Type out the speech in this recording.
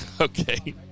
Okay